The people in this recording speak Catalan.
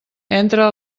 entra